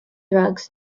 drugs